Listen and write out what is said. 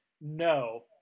no